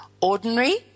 ordinary